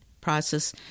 process